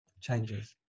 Changes